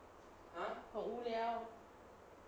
很无聊